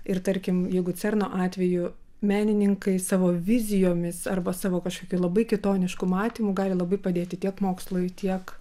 ir tarkim jeigu cerno atveju menininkai savo vizijomis arba savo kažkokiu labai kitonišku matymu gali labai padėti tiek mokslui tiek